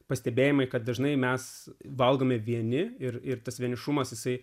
pastebėjimai kad dažnai mes valgome vieni ir ir tas vienišumas jisai